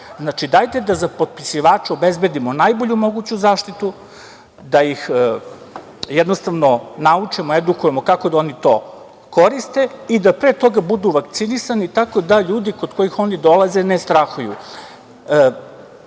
dajte da za popisivače obezbedimo najbolju moguću zaštitu, da ih naučimo, edukujemo kako da oni to koriste i da pre toga budu vakcinisani tako da ljudi kod kojih oni dolaze ne strahuju. Delimično